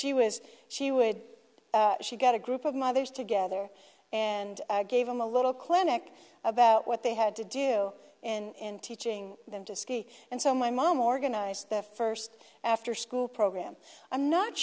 she was she would she got a group of mothers together and gave them a little clinic about what they had to do in teaching them to ski and so my mom organized the first after school program i'm not